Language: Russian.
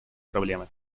проблемы